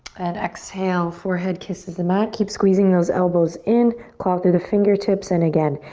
and exhale forehead kisses the mat. keep squeezing those elbows in. claw through the fingertips and again,